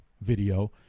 video